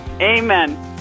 Amen